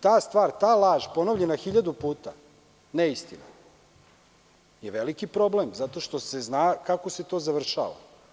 Ta laž ponovljena hiljadu puta, neistina je veliki problem, zato što se zna kako se to završava.